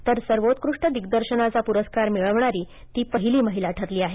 तर सर्वोत्कृष्ठ दिग्दर्शनाचा पुरस्कार मिळवणारी पहिली महिला ठरली आहे